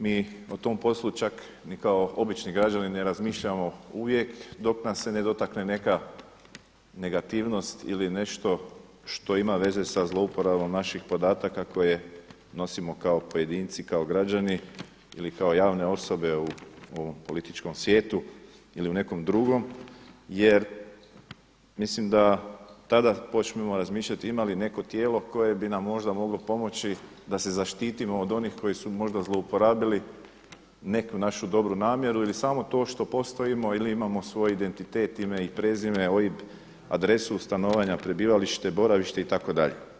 Mi o tom poslu čak ni kao obični građani ne razmišljamo uvijek dok nas ne dotakne neka negativnost ili nešto što ima veze sa zlouporabom naših podataka koje nosimo kao pojedinci, kao građani ili kao javne osobe u ovom političkom svijetu ili nekom drugom, jer mislim da tada počnemo razmišljati ima li neko tijelo koje će nam pomoći da se zaštitimo od onih koji su možda zlouporabili neku našu dobru namjeru ili samo to što postojimo ili imamo svoj identitet, ime i prezime, OIB, adresu stanovanja, prebivalište, boravište itd.